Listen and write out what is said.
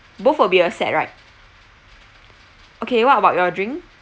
both will be a set right okay what about your drink